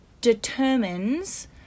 determines